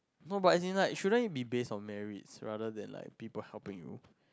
no but as in like shouldn't it be based on merits rather than like people helping you